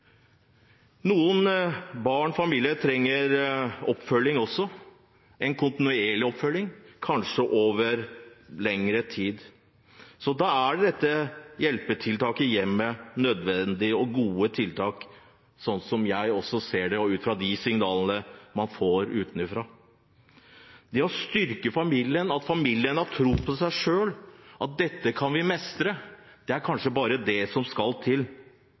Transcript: Noen barn og familier trenger oppfølging også – kontinuerlig oppfølging, kanskje over lengre tid. Da er hjelpetiltak i hjemmet nødvendige og gode tiltak, slik jeg ser det, og ut fra de signalene man får utenfra. Det å styrke familien, at familien har tro på seg selv: dette kan vi mestre – det er kanskje bare det som skal til.